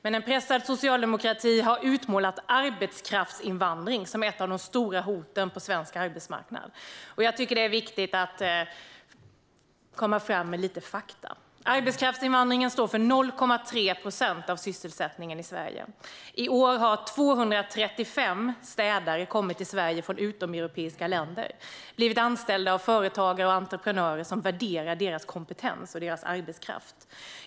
Men en pressad socialdemokrati har utmålat arbetskraftsinvandring som ett av de stora hoten på svensk arbetsmarknad. Jag tycker att det är viktigt att komma fram med lite fakta. Arbetskraftsinvandringen står för 0,3 procent av sysselsättningen i Sverige. I år har 235 städare kommit till Sverige från utomeuropeiska länder. De har blivit anställda av företagare och entreprenörer som värderar deras kompetens och deras arbetskraft.